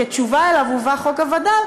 כתשובה עליה הובא חוק הווד"ל,